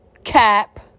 Cap